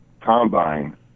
combine